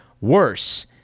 worse